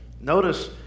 notice